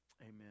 Amen